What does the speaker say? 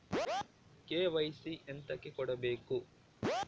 KYC ಎಂತಕೆ ಕೊಡ್ಬೇಕು?